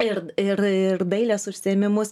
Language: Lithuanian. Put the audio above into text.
ir ir ir dailės užsiėmimus